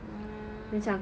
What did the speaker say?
ah